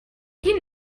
you